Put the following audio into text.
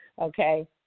okay